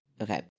okay